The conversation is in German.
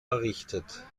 errichtet